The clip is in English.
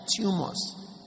tumors